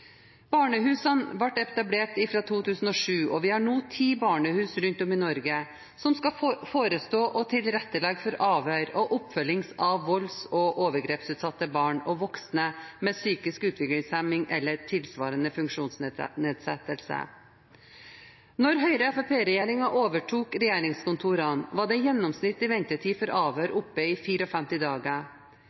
Barnehusene ble etablert i 2007, og vi har nå ti barnehus rundt om i Norge som skal forestå og tilrettelegge for avhør og oppfølging av barn og voksne med psykisk utviklingshemming eller tilsvarende funksjonsnedsettelse som har vært utsatt for vold og overgrep eller vært vitne til vold. Da Høyre–Fremskrittsparti-regjeringen overtok regjeringskontorene, var den gjennomsnittlige ventetiden for avhør oppe i 54 dager.